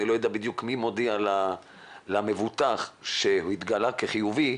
אני לא יודע בדיוק מי מודיע למבוטח שהוא התגלה כחיובי,